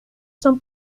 son